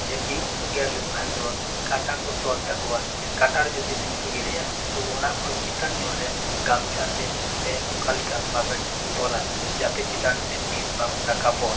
ᱡᱮ ᱵᱤᱧ ᱠᱚ ᱜᱮᱨ ᱞᱮᱠᱚ ᱠᱷᱟᱱ ᱫᱚ ᱠᱟᱴᱟ ᱠᱚ ᱛᱚᱞ ᱛᱟᱠᱚᱣᱟ ᱥᱮ ᱠᱟᱴᱟᱨᱮ ᱡᱩᱫᱤ ᱵᱤᱧ ᱠᱚ ᱜᱮᱨᱮᱭᱟ ᱛᱚ ᱚᱱᱟ ᱠᱷᱚᱱ ᱪᱮᱛᱟᱱ ᱧᱚᱜ ᱨᱮ ᱜᱟᱢᱪᱷᱟ ᱛᱮ ᱥᱮ ᱚᱱᱠᱟ ᱞᱮᱠᱟ ᱵᱟᱵᱮᱨ ᱛᱮᱠᱚ ᱛᱚᱞᱟ ᱡᱟᱛᱮ ᱪᱮᱛᱟᱱ ᱥᱮᱫ ᱵᱤᱥ ᱵᱟᱝ ᱨᱟᱠᱟᱵᱚᱜ